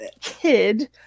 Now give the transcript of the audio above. kid